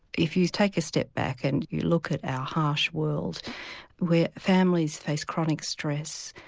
if you take a step back and you look at our harsh world where families face chronic stress,